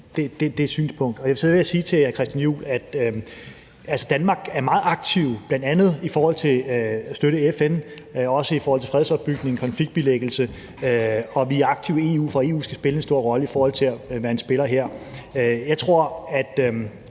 det synspunkt. Så vil jeg også sige til hr. Christian Juhl, at Danmark er meget aktiv bl.a. i forhold til at støtte FN, men også i forhold til fredsopbygning, konfliktbilæggelse, og vi er aktive i EU, for at EU skal spille en stor rolle her. Jeg tror, at